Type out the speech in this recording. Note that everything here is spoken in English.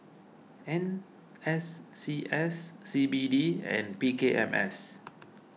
N S C S C B D and B K M S